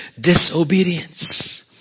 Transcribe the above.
disobedience